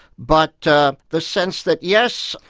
but the sense that yes,